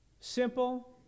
Simple